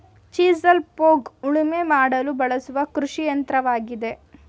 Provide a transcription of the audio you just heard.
chisel plough ಉಳುಮೆ ಮಾಡಲು ಬಳಸುವ ಕೃಷಿಯಂತ್ರವಾಗಿದೆ